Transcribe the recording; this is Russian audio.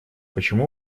почему